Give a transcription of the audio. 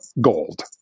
gold